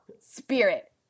spirit